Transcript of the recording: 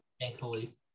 Thankfully